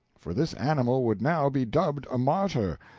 for this animal would now be dubbed a martyr,